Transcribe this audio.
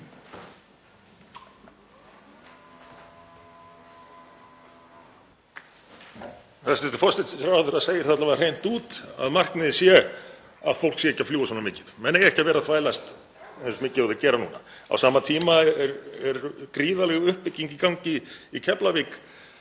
Hæstv. forsætisráðherra segir það alla vega hreint út að markmiðið sé að fólk sé ekki að fljúga svona mikið. Menn eigi ekki að vera að þvælast eins mikið og þeir gera núna. Á sama tíma er gríðarleg uppbygging í gangi í Keflavík